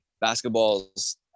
basketball's